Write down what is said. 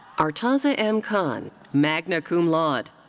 artaza m. khan, magna cum laude.